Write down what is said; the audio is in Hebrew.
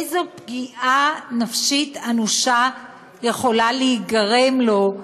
איזו פגיעה נפשית אנושה יכולה להיגרם לו,